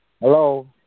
Hello